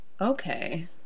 Okay